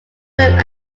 them